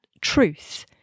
truth